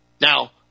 Now